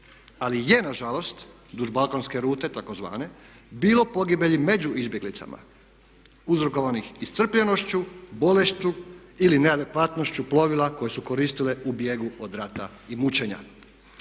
Ali je nažalost duž balkanske rute takozvane bilo pogibelji među izbjeglicama uzrokovanih iscrpljenošću, bolešću ili neadekvatnošću plovila koje su koristili u bijegu od rata i mučenja.